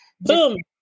Boom